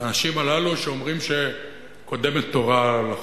האנשים האלה שאומרים שקודמת תורה לחוק,